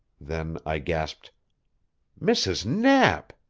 then i gasped mrs. knapp!